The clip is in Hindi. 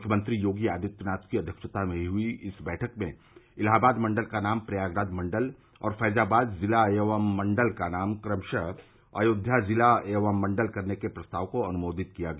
मृख्यमंत्री योगी आदित्यनाथ की अध्यक्षता में हुई इस बैठक में इलाहाबाद मंडल का नाम प्रयागराज मंडल और फैजाबाद जिला एवं मंडल का नाम क्रमशः अयोध्या जिला एवं मंडल करने के प्रस्ताव को अनुमोदित किया गया